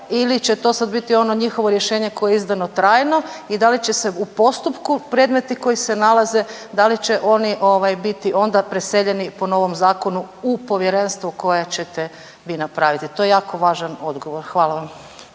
ili će to sad ono biti njihovo rješenje koje je izdano trajno i da li će se postupkom predmeti koji se nalaze, da li će oni onda biti preseljeni po novom zakonu u povjerenstvu koje ćete vi napraviti? To je jako važan odgovor. Hvala vam.